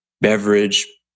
beverage